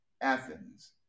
Athens